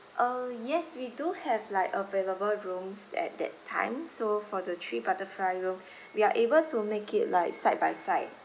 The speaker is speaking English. uh yes we do have like available rooms at that time so for the three butterfly room we are able to make it like side by side